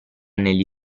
negli